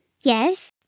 Yes